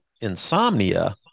insomnia